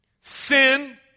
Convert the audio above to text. sin